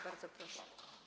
Bardzo proszę.